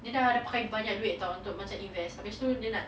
dia dah pakai banyak duit [tau] untuk macam invest habis tu dia nak